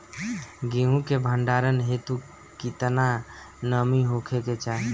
गेहूं के भंडारन हेतू कितना नमी होखे के चाहि?